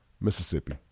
Mississippi